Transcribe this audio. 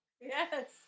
Yes